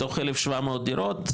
מתוך 1,700 דירות,